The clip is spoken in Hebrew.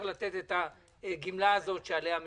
את הגמלה הזאת שעליה מדובר,